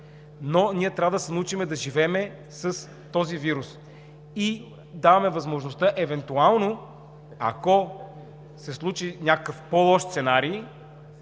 но ние трябва да се научим да живеем с този вирус. Даваме възможността евентуално, ако се случи някакъв по-лош сценарий,